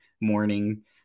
morning